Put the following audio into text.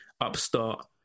upstart